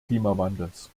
klimawandels